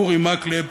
אורי מקלב,